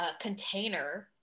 container